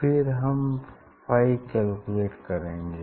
फिर हम phi calculate करेंगे